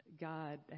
God